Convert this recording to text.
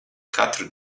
katru